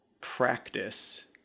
practice